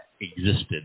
existed